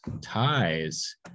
ties